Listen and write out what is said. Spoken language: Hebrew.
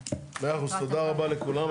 מאה אחוז, תודה רבה לכולם.